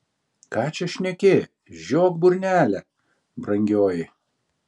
ką čia šneki žiok burnelę brangioji